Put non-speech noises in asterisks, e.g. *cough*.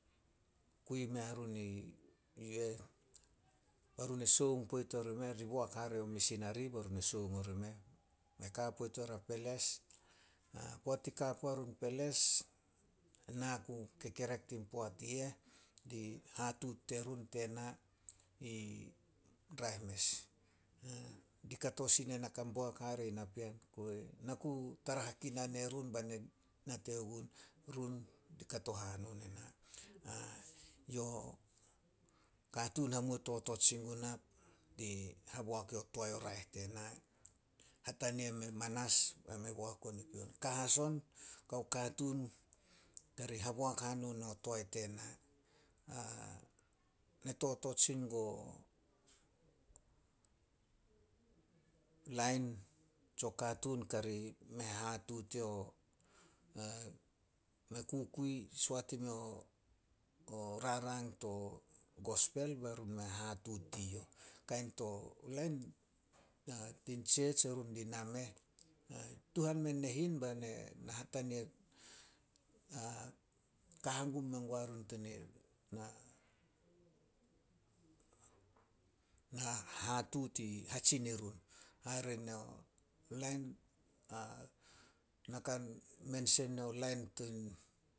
Kui mea run i yu eh, bai run e sioung poit orimeh, ri boak hare o misinari bai run e sioung orimeh. Me ka poit oria peles. *hesitation* Poat i ka puarun peles, ena ku kekerek tin poat i eh. Di hatuut terun tena i raeh mes. *hesitation* Di kato sin ena ka boak hare in napean, *unintelligible* na ku tara hakinan erun bai na nate gun, run di kato hanon ena. *hesitation* Yo katuun hamuo totot sin guna, di haboak o toae o raeh tena. Hatania mea manas be me boak on i pion. Ka as on kao katuun kari haboak hanon o toae tena. *hesitation* Ne totot sin guo *unintelligible* lain tsio katuun kari me hahatuut yo *hesitation* me kukui, soat imeo, o rarang to gospel bai run me hatuut di youh. Kain to, lain *unintelligible* tin church erun di nameh, tuhan mea nehin bai ne hatania *hesitation* ka hengum menguai run *unintelligible* *hesitation* hahatuut i hatsin i run. Hare no lain *hesitation* na kan mensen o lain tin